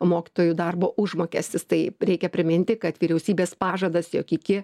mokytojų darbo užmokestis tai reikia priminti kad vyriausybės pažadas jog iki